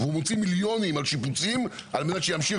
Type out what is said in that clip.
למה שיוציא מילונים על שיפוצים על מנת שימשיך